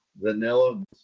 Vanilla